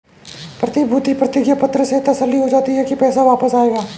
प्रतिभूति प्रतिज्ञा पत्र से तसल्ली हो जाती है की पैसा वापस आएगा